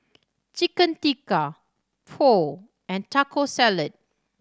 Chicken Tikka Pho and Taco Salad